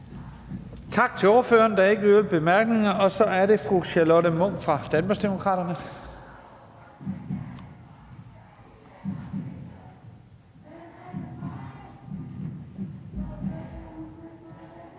Tak til ordføreren. Der er ikke yderligere korte bemærkninger. Så er det fru Charlotte Munch fra Danmarksdemokraterne.